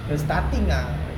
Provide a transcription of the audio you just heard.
the starting lah